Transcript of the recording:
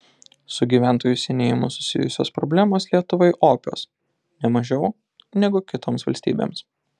su gyventojų senėjimu susijusios problemos lietuvai opios ne mažiau negu kitoms valstybėms